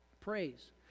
Praise